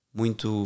muito